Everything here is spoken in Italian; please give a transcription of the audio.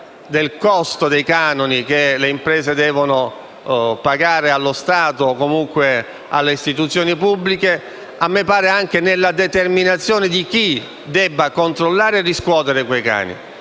del costo dei canoni che le imprese devono pagare allo Stato o comunque alle istituzioni pubbliche, sia anche nella determinazione di chi deve controllare e riscuotere quei canoni.